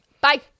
Bye